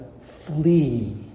flee